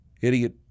idiot